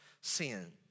sin